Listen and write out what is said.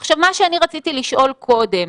עכשיו, מה שרציתי לשאול קודם,